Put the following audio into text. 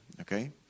okay